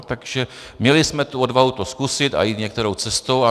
Takže měli jsme tu odvahu to zkusit a jít některou cestou.